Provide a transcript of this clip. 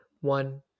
one